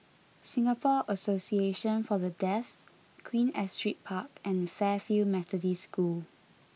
Singapore Association for the Deaf Queen Astrid Park and Fairfield Methodist School